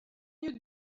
you